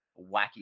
wacky